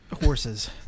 horses